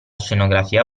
scenografia